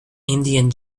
indian